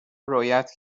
رویت